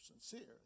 sincere